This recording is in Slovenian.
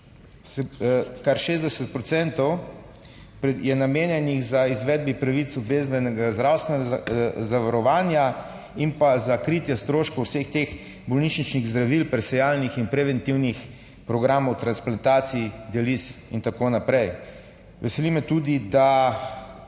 je namenjenih za izvedbi pravic obveznega zdravstvenega zavarovanja in pa za kritje stroškov vseh teh bolnišničnih zdravil, presejalnih in preventivnih programov, transplantacij, dializ in tako naprej. Veseli me tudi, da